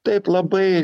taip labai